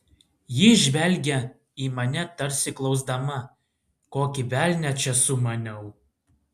ji žvelgė į mane tarsi klausdama kokį velnią čia sumaniau